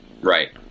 right